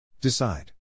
Decide